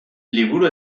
liburu